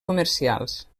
comercials